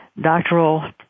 doctoral